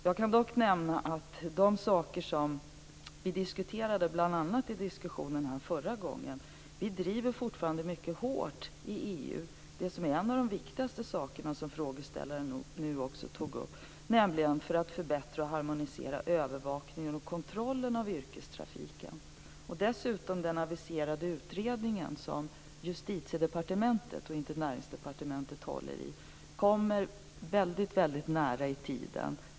Jag kan dock nämna de saker som vi diskuterade bl.a. i den diskussion vi förde förra gången. Vi driver fortfarande mycket hårt i EU det som är en av de viktigaste sakerna som frågeställaren nu tog upp, nämligen att förbättra och harmonisera övervakningen och kontrollen av yrkestrafiken. Dessutom kommer den aviserade utredning som Justitiedepartementet, och inte Näringsdepartementet, håller i väldigt nära i tiden.